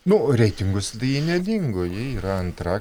nu o reitinguose tai ji nedingo ji yra antra